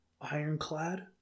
ironclad